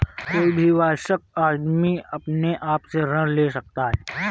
कोई भी वयस्क आदमी अपने आप से ऋण ले सकता है